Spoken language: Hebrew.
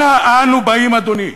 אנה אנו באים, אדוני?